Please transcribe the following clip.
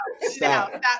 Stop